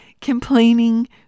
Complaining